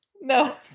no